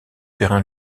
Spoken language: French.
perrin